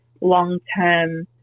long-term